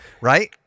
Right